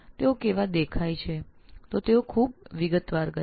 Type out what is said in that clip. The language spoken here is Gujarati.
ફળ કેવા દેખાય છે આમ તેઓ ખૂબ વિગતમાં ઉતર્યા